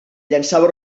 llançava